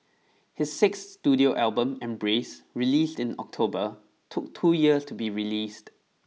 his six studio album embrace released in October took two years to be released